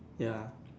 ya